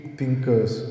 thinkers